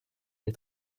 des